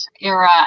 era